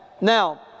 Now